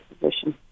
position